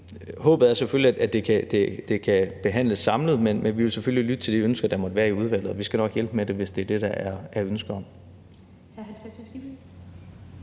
Men håbet er selvfølgelig, at det kan behandles samlet, men vi vil selvfølgelig lytte til de ønsker, der måtte være i udvalget, og vi skal nok hjælpe med det, hvis det er det, der er ønske om.